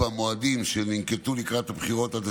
בשבוע שעבר קיבלה הכנסת את החוק שקבע את דחיית הבחירות לרשויות